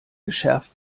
geschärft